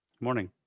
Morning